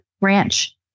ranch